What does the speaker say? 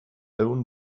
own